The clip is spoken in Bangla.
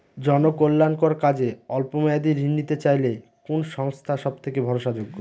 জনকল্যাণকর কাজে অল্প মেয়াদী ঋণ নিতে চাইলে কোন সংস্থা সবথেকে ভরসাযোগ্য?